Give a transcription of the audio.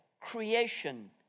creation